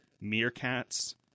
meerkats